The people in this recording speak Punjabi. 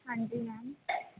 ਹਾਂਜੀ ਮੈਮ